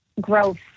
growth